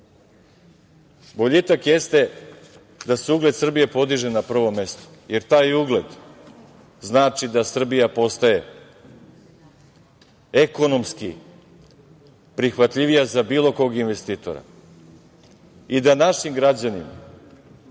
Boljitak jeste da se ugled Srbije podiže na prvo mesto, jer taj ugled znači da Srbija postaje ekonomski prihvatljivija za bilo kog investitora.I da naši građani